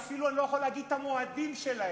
שאני אפילו לא יכול להגיד את המועדים שלהם,